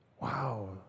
Wow